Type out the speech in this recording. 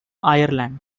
ireland